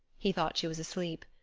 he thought she was asleep.